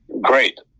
great